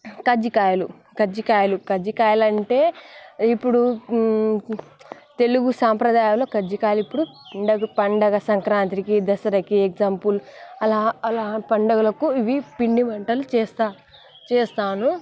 కజ్జికాయలు కజ్జికాయలు కజ్జికాయలంటే ఇప్పుడు తెలుగు సంప్రదాయాల్లో కజ్జికాయలు ఇప్పుడు పండుగ పండుగ సంక్రాంతికి దసరాకి ఎగ్జాంపుల్ అలా అలా పండుగలకు ఇవి ఈ పిండి వంటలు చేస్తారు చేస్తాను